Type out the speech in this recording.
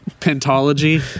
pentology